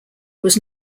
was